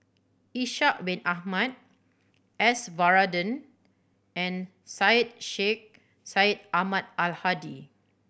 Ishak Bin Ahmad S Varathan and Syed Sheikh Syed Ahmad Al Hadi